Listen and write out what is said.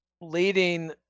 leading